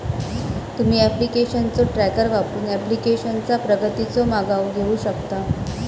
तुम्ही ऍप्लिकेशनचो ट्रॅकर वापरून ऍप्लिकेशनचा प्रगतीचो मागोवा घेऊ शकता